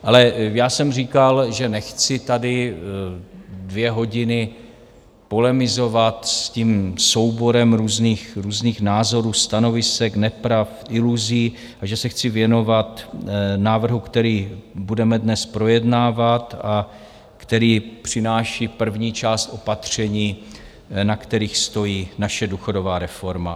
Ale já jsem říkal, že nechci tady dvě hodiny polemizovat s tím souborem různých názorů, stanovisek, nepravd, iluzí a že se chci věnovat návrhu, který budeme dnes projednávat a který přináší první část opatření, na kterých stojí naše důchodová reforma.